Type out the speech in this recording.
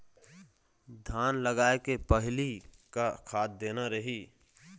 धान लगाय के पहली का खाद देना रही?